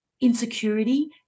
insecurity